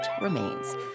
Remains